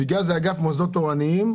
אגף מוסדות תורניים,